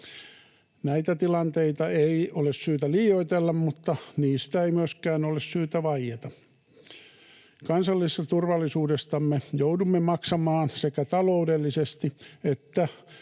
Näitä tilanteita ei ole syytä liioitella, mutta niistä ei myöskään ole syytä vaieta. Kansallisesta turvallisuudestamme joudumme maksamaan sekä taloudellisesti että